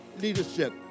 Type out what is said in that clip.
leadership